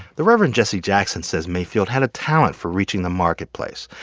the reverend jesse jackson says mayfield had a talent for reaching the marketplace.